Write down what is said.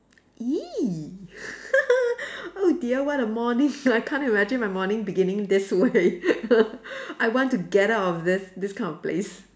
!ee! oh dear what a morning I can't imagine my morning beginning this way I want to get out of this this kind of place